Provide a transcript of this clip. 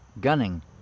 Gunning